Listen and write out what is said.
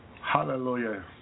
Hallelujah